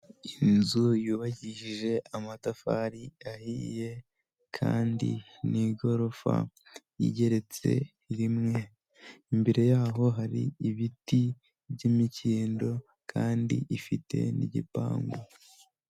Inzu yubakishije amatafari ahiye kandi n'igorofa igeretse rimwe, imbere yaho hari ibiti by'imikindo kandi ifite n'igipangu.